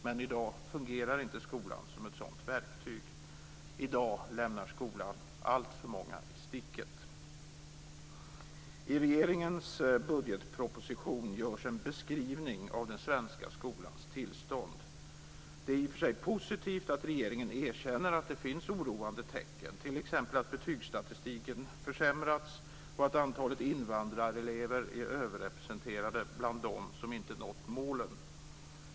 Men i dag fungerar inte skolan som ett sådant verktyg. I dag lämnar skolan alltför många i sticket. I regeringens budgetproposition görs en beskrivning av den svenska skolans tillstånd. Det är i och för sig positivt att regeringen erkänner att det finns oroande tecken, t.ex. att betygsstatistiken försämrats och att antalet invandrarelever är överrepresenterade bland dem som inte nått målen.